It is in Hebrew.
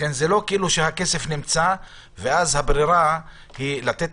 לכן זה לא שהכסף נמצא והברירה היא או לתת